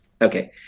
Okay